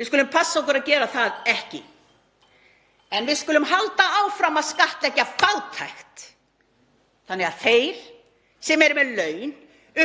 Við skulum passa okkur að gera það ekki. En við skulum halda áfram að skattleggja fátækt þannig að þeir sem eru með laun